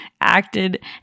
acted